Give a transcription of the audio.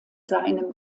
seinem